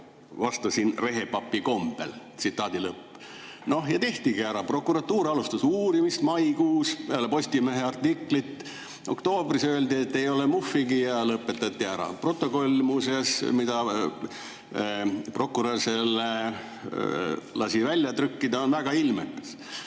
vastasin rehepapi kombel." Ja tehtigi ära. Prokuratuur alustas uurimist maikuus peale Postimehe artiklit. Oktoobris öeldi, et ei ole muhvigi, ja lõpetati ära. Protokoll, muuseas, mille prokurör lasi välja trükkida, on väga ilmekas.